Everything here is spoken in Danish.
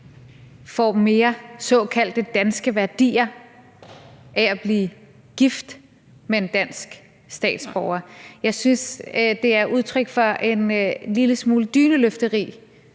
får såkaldte danske værdier af at blive gift med en dansk statsborger. Jeg synes, det er udtryk for en lille smule dyneløfteri